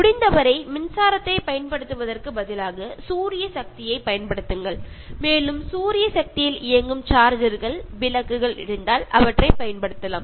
முடிந்தவரை மின்சாரத்தைப் பயன்படுத்துவதற்கு பதிலாக சூரிய சக்தியைப் பயன்படுத்துங்கள் மேலும் சூரிய சக்தியில் இயங்கும் சார்ஜ்ர்கள் விளக்குகள் இருந்தால் அவற்றைப் பயன்படுத்தலாம்